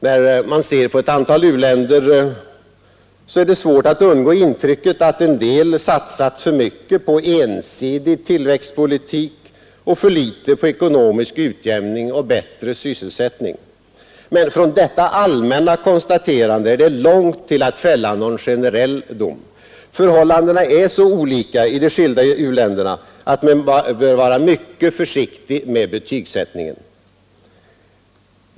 När man ser på ett antal utvecklingsländer är det svårt att undgå intrycket att en del satsat för mycket på en ensidig tillväxtpolitik och för litet på ekonomisk utjämning och bättre sysselsättning. Men från detta allmänna konstaterande är det långt till att fälla någon generell dom. Förhållandena är så olika i de skilda utvecklingsländerna att man bör vara mycket försiktig med betygsättningen.